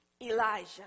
Elijah